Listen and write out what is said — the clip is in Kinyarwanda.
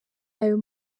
ayo